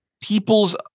people's